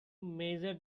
measure